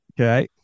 okay